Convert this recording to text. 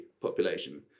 population